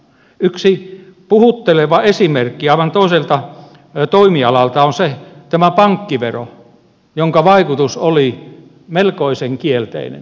yksi puhutteleva esimerkki aivan toiselta toimialalta on tämä pankkivero jonka vaikutus oli melkoisen kielteinen